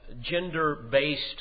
gender-based